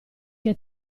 che